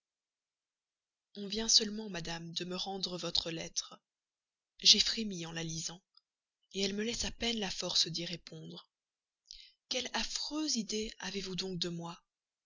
on vient seulement madame de me rendre votre lettre j'ai frémi en la lisant elle me laisse à peine la force d'y répondre quelle affreuse idée avez-vous donc de moi